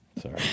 Sorry